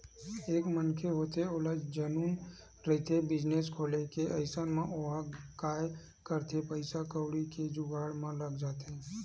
एक मनखे होथे ओला जनुन रहिथे बिजनेस खोले के अइसन म ओहा काय करथे पइसा कउड़ी के जुगाड़ म लग जाथे